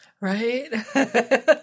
Right